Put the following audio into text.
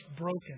broken